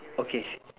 okay